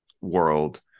world